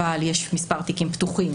אבל יש מספר תיקים פתוחים,